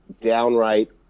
downright